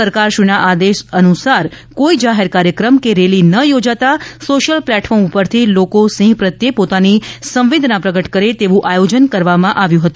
સરકારશ્રીના આદેશ અનુસાર કોઈ જાહેર કાર્યક્રમ કે રેલી ન યોજતા સોસિયલ પ્લેટફોર્મ ઉપરથી લોકો સિંહ પ્રત્યે પોતાની સંવેદના પ્રગટ કરે તેવું આયોજન કરવામાં આવ્યું છે